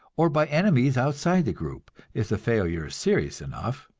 or by enemies outside the group if the failure is serious enough,